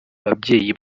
babyeyi